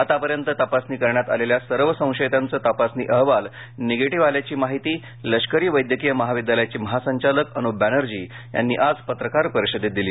आत्तापर्यंत तपासणी करण्यात आलेल्या सर्व संशयीतांचे तपासणी अहवाल निगेटिव्ह आल्याची माहिती लष्करी वैद्यकीय महाविद्यालयाचे महासंचालक अनुप बॅनर्जी यांनी आज पत्रकार परिषदेत दिली